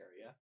area